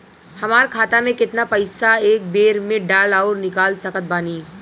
हमार खाता मे केतना पईसा एक बेर मे डाल आऊर निकाल सकत बानी?